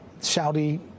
Saudi